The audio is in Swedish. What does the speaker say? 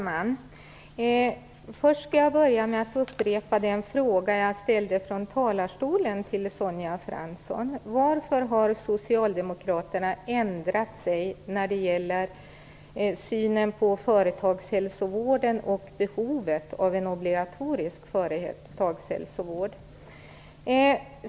Herr talman! Jag börjar med att upprepa den fråga som jag ställde här i talarstolen till Sonja Fransson: Varför har Socialdemokraterna ändrat sig när det gäller synen på företagshälsovården och behovet av en obligatorisk företagshälsovård?